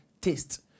taste